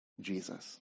Jesus